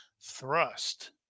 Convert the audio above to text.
thrust